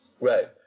Right